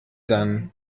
dann